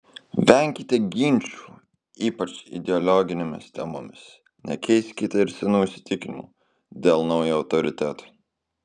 venkite ginčų ypač ideologinėmis temomis nekeiskite ir senų įsitikinimų dėl naujo autoriteto